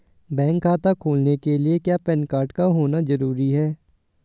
Bank खाता खोलने के लिए क्या पैन कार्ड का होना ज़रूरी है?